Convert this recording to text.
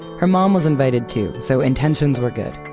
her mom was invited to, so intentions were good.